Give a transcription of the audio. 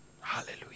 Hallelujah